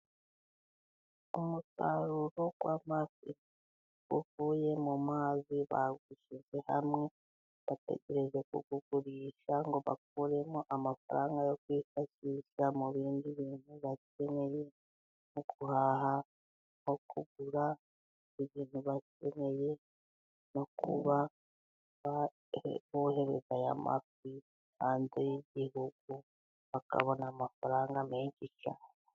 Umusaruro w'amafi uvuye mu mazi bawushyize hamwe. Bategeje kuwugurisha ngo bakuremo amafaranga yo kwifashisha mu bindi bintu bakeneye; nko guhaha, nko kugura ibintu bakeneye, no kuba bohereza aya mafi hanze y'igihugu bakabona amafaranga menshi cyane.